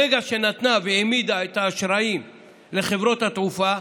ברגע שנתנה והעמידה את האשראי לחברות התעופה,